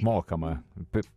mokama bet